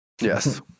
Yes